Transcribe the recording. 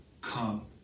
come